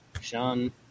Sean